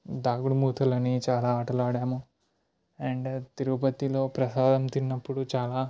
దాగుడుమూతలని చాలా ఆటలు ఆడాము అండ్ తిరుపతిలో ప్రసాదం తిన్నప్పుడు చాలా